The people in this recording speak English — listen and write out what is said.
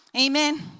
amen